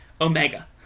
Omega